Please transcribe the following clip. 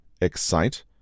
excite